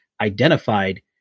identified